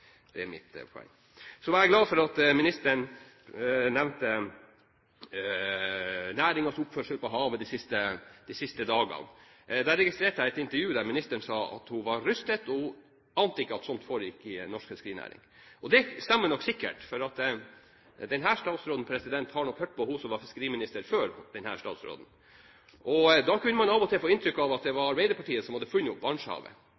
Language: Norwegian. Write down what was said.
Det er mitt poeng. Så var jeg glad for at ministeren nevnte næringens oppførsel på havet de siste dagene. Jeg registrerte et intervju der ministeren sa at hun var rystet og ikke ante at slikt foregikk i norsk fiskerinæring. Det stemmer sikkert, for statsråden har nok hørt på hun som var fiskeriminister før henne. Da kunne man av og til få inntrykk av at det var Arbeiderpartiet som hadde funnet opp